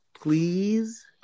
Please